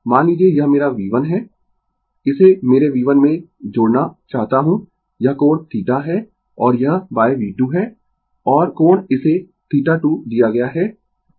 मान लीजिए यह मेरा V1 है इसे मेरे V1 में जोड़ना चाहता हूँ यह कोण θ है और यह V2 है और कोण इसे θ2 दिया गया है